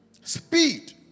Speed